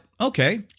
okay